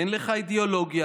אין לך אידיאולוגיה,